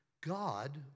God